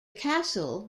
castle